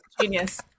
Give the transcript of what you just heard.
Genius